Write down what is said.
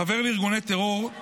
חבר לארגוני טרור,